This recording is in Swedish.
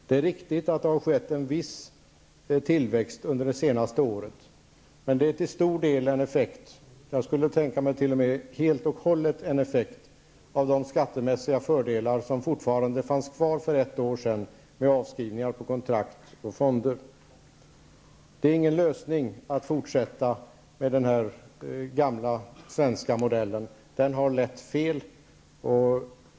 Det är riktigt att det har skett en viss tillväxt under det senaste året, men det är till stor del en effekt -- t.o.m. helt och hållet -- av de skattemässiga fördelar som fanns kvar för ett år sedan med avskrivningar på kontrakt och fonder. Det är ingen lösning att fortsätta med den gamla, svenska modellen, då den har lett fel.